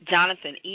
Jonathan